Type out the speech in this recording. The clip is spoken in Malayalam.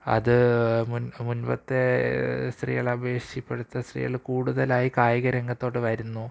അത് മുന് മുന്പത്തെ സ്ത്രീകളെ അപേക്ഷിച്ച് ഇപ്പോഴത്തെ സ്ത്രീകള് കൂടുതലായി കായികരംഗത്തോട്ട് വരുന്നു